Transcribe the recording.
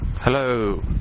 Hello